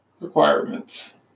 requirements